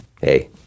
Hey